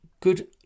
good